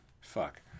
Fuck